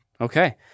Okay